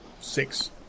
six